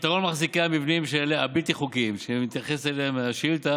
הפתרון למחזיקי המבנים הבלתי-חוקיים שאליהם מתייחסת השאילתה